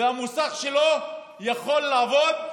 המוסך שלו יכול לעבוד,